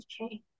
okay